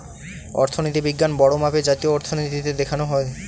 অর্থনীতি বিজ্ঞান বড়ো মাপে জাতীয় অর্থনীতিতে দেখা হয়